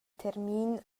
termin